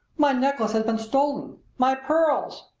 my necklace has been stolen my pearls!